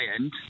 end